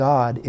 God